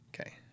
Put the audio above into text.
Okay